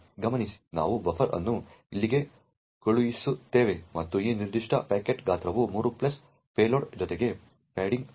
ಗಮನಿಸಿ ನಾವು ಬಫರ್ ಅನ್ನು ಇಲ್ಲಿಗೆ ಕಳುಹಿಸುತ್ತಿದ್ದೇವೆ ಮತ್ತು ಈ ನಿರ್ದಿಷ್ಟ ಪ್ಯಾಕೆಟ್ನ ಗಾತ್ರವು 3 ಪ್ಲಸ್ ಪೇಲೋಡ್ ಜೊತೆಗೆ ಪ್ಯಾಡಿಂಗ್ ಆಗಿದೆ